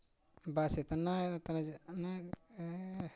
बस इतना इतना जे इतना